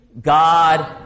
God